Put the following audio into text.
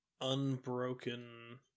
unbroken